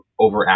overactive